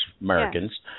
Americans